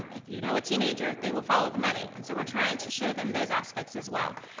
if you know a teenager, they will follow the money, and so we're trying to show them those aspects as well.